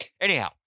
Anyhow